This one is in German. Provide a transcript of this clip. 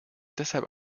deshalb